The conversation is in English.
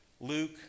Luke